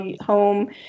home